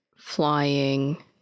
Flying